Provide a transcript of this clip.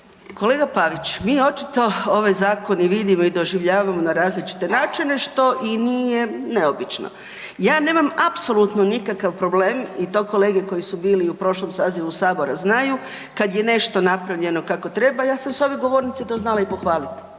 Kolega Pavić, vi očito ovaj zakon i vidimo i doživljavamo na različite načine što i nije neobično. Ja nemam apsolutno nikakav problem i to kolege koji su bili u prošlom sazivu Sabora znaju, kad je nešto napravljeno kako treba, ja sam s ove govornice to znala i pohvaliti